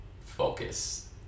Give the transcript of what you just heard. focus